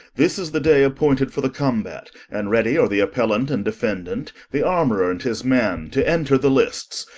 this is the day appointed for the combat, and ready are the appellant and defendant, the armorer and his man, to enter the lists,